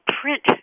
print